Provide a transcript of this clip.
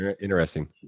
Interesting